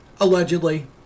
Allegedly